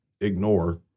ignore